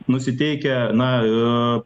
nusiteikę na